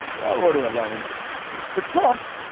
i'll order a lenine for trump.